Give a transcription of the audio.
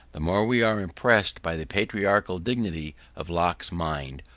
the more we are impressed by the patriarchal dignity of locke's mind.